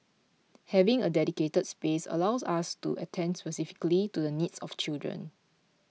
having a dedicated space allows us to attend specifically to the needs of children